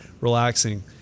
relaxing